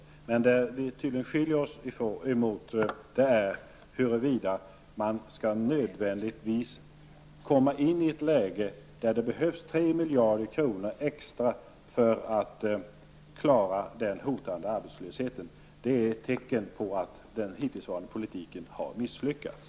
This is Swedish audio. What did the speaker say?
Däremot skiljer sig tydligen våra uppfattningar när det gäller huruvida man nödvändigtvis behöver försätta sig i ett läge där det behövs 3 miljarder extra för att klara den hotande arbetslösheten. Det är ett tecken på att den hittillsvarande politiken har misslyckats.